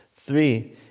Three